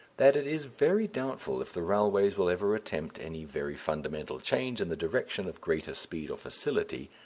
that it is very doubtful if the railways will ever attempt any very fundamental change in the direction of greater speed or facility,